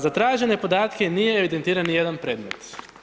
Za tražene podatke, nije evidentiran ni jedan predmet.